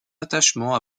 attachement